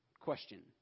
question